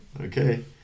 Okay